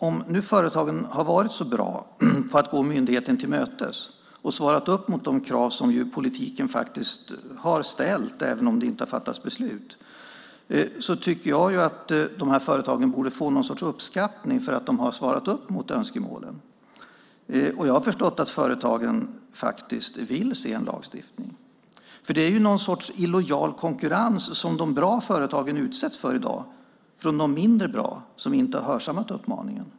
Om nu företagen har varit så bra på att gå myndigheten till mötes och svarat upp mot de krav som politiken faktiskt har ställt, även om det inte har fattats beslut, tycker jag att de här företagen borde få någon sorts uppskattning för att de har svarat upp mot önskemålen. Jag har förstått att företagen faktiskt vill se en lagstiftning. Det blir någon sorts illojal konkurrens som de bra företagen utsätts för i dag från de mindre bra som inte har hörsammat uppmaningen.